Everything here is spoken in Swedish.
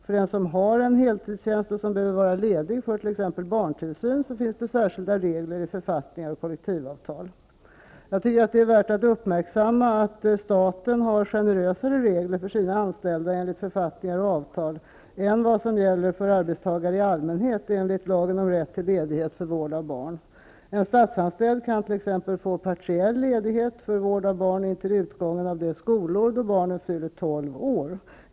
För den som har en heltidstjänst och som behöver vara ledig för t.ex. barntillsyn finns det särskilda regler i författningar och kollektivavtal. Jag tycker att det är värt att uppmärksamma att staten har generösare regler för sina anställda enligt författningar och avtal än vad som gäller för arbetstagare i allmänhet enligt lagen om rätt till ledighet för vård av barn. En statsanställd kan t.ex. få partiell ledighet för vård av barn intill utgången av det skolår då barnet fyller tolv år.